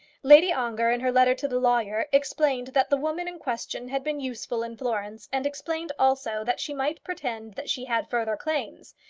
lady ongar, in her letter to the lawyer, explained that the woman in question had been useful in florence and explained also that she might pretend that she had further claims.